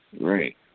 Right